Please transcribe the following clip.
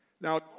Now